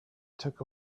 took